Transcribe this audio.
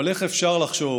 אבל איך אפשר לחשוב